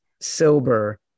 sober